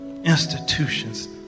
institutions